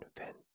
event